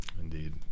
indeed